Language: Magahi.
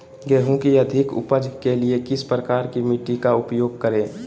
गेंहू की अधिक उपज के लिए किस प्रकार की मिट्टी का उपयोग करे?